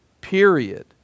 Period